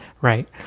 Right